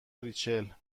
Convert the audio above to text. ریچل